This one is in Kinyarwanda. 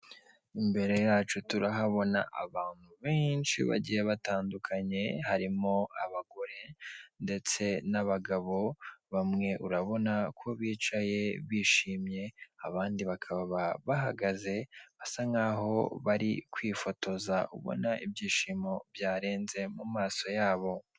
Imbere yacu turahabona abantu benshi bagiye batandukanye harimo abagore ndetse n'abagabo bamwe urabona ko bicaye bishimye abandi bakaba bahagaze basa nkaho bari kwifotoza ubona ibyishimo byarenze mu maso yabo.